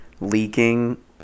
leaking